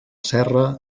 serra